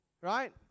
right